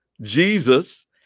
Jesus